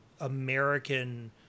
American